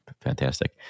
fantastic